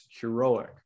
heroic